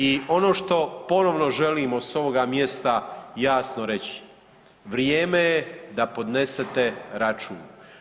I ono što ponovno želimo sa ovoga mjesta jasno reći, vrijeme je da podnesete račun.